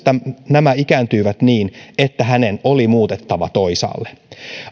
nämä ikääntyivät niin että hänen oli muutettava toisaalle